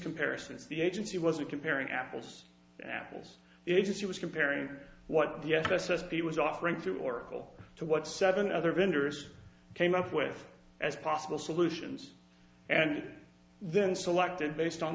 comparisons the agency wasn't comparing apples and apples exist he was comparing what the s s p was offering through oracle to what seven other vendors came up with as possible solutions and then selected based on